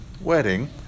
wedding